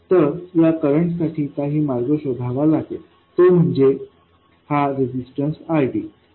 तर या करंटसाठी काही मार्ग शोधावा लागेल आणि तो म्हणजे हा रेझिस्टन्स RD